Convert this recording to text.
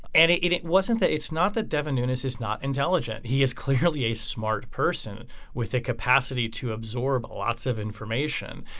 and it it wasn't that it's not that devin nunes is not intelligent. he is clearly a smart person with a capacity to absorb lots of information.